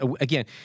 again